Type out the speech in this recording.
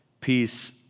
Peace